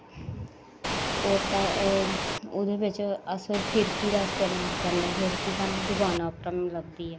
होर ओह्दे बिच्च अस फिरकी दा इस्तेमाल करने फिरकी सानूं दकाना उप्परा लभदी ऐ